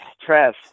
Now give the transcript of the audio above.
Trev